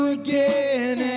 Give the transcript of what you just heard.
again